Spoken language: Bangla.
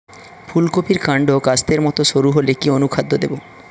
ফুলকপির কান্ড কাস্তের মত সরু হলে কি অনুখাদ্য দেবো?